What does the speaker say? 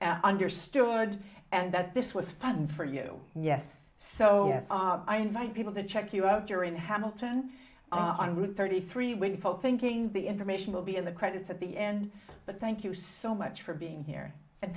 and understood and that this was fun for you yes so i invite people to check you out you're in hamilton on route thirty three way for thinking the information will be in the credits at the end but thank you so much for being here and